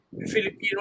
Filipino